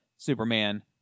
Superman